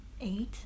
eight